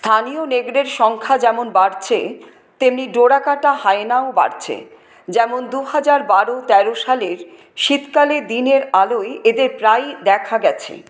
স্থানীয় নেকড়ের সংখ্যা যেমন বাড়ছে তেমনি ডোরা কাটা হায়নাও বাড়ছে যেমন দুহাজার বারো তেরো সালের শীতকালে দিনের আলোয় এদের প্রায়ই দেখা গেছে